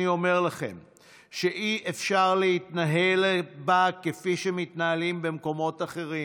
אני אומר לכם שאי-אפשר להתנהל בה כפי שמתנהלים במקומות אחרים.